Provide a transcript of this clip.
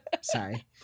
Sorry